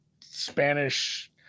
Spanish